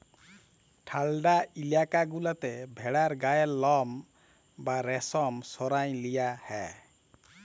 ঠাল্ডা ইলাকা গুলাতে ভেড়ার গায়ের লম বা রেশম সরাঁয় লিয়া হ্যয়